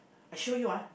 I show you ah